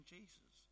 Jesus